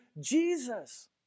Jesus